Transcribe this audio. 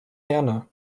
herne